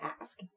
ask